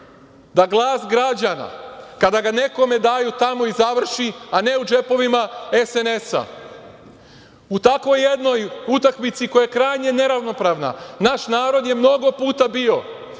da glas građana kada ga nekome daju, tamo i završi, a ne u džepovima SNS-a. U takvoj jednoj utakmici, koja je krajnje neravnopravna, naš narod je mnogo puta bio.